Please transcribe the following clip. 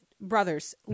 brothers